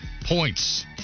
points